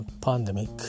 pandemic